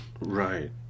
Right